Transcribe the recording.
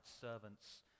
servants